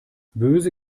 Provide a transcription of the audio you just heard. böse